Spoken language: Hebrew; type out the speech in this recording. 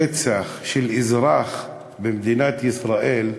רצח, של אזרח במדינת ישראל,